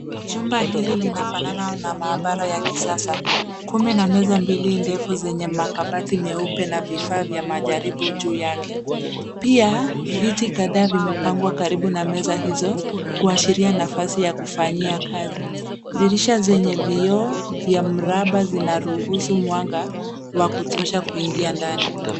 Chumba hili linafanana na maabara ya kisasa kume na meza mbili ndefu na makabati meupe na vifaa vya majaribu juu yake, pia viti kadhaa vimepangwa karibu na meza hizo kuashiria nafasi ya kufanyia kazi. Dirisha zenye vioo vya mraba vinaruhusu mwanga wa kutosha kuingia ndani.